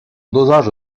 dosage